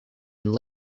and